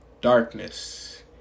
darkness